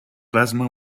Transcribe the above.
plasma